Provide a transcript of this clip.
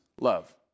love